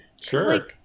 Sure